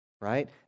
Right